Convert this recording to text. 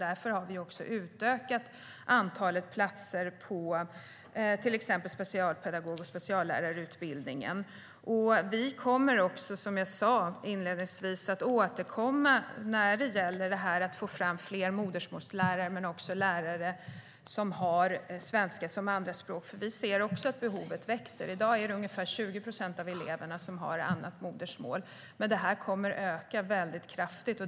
Därför har vi också utökat antalet platser på till exempel specialpedagog och speciallärarutbildningarna. Vi kommer också, som jag sa inledningsvis, att återkomma när det gäller att få fram fler modersmålslärare men också lärare som har svenska som andraspråk, för vi ser också att behovet växer. I dag har ungefär 20 procent av eleverna ett annat modersmål, men andelen kommer att öka kraftigt.